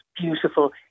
beautiful